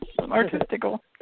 artistical